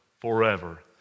forever